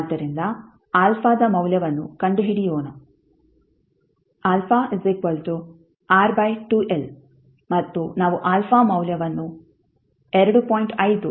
ಆದ್ದರಿಂದ α ದ ಮೌಲ್ಯವನ್ನು ಕಂಡುಹಿಡಿಯೋಣ α ಮತ್ತು ನಾವು ಆಲ್ಫಾ ಮೌಲ್ಯವನ್ನು 2